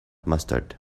mustard